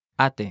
ate